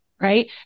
right